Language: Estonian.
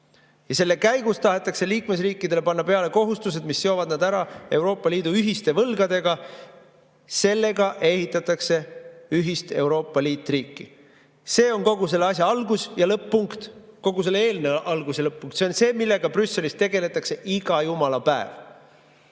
Selle käigus tahetakse liikmesriikidele panna peale kohustused, mis seovad nad Euroopa Liidu ühiste võlgadega. Sellega ehitatakse ühist Euroopa liitriiki. See on kogu selle asja algus‑ ja lõpp-punkt, kogu selle eelnõu algus‑ ja lõpp-punkt. See on see, millega Brüsselis tegeldakse iga jumala päev